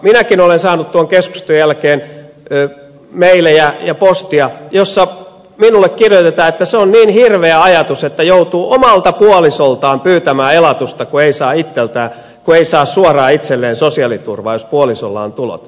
minäkin olen saanut tuon keskustelun jälkeen meilejä ja postia jossa minulle kirjoitetaan että on niin hirveä ajatus että joutuu omalta puolisoltaan pyytämään elatusta kun ei saa suoraan itselleen sosiaaliturvaa jos puolisolla on tulot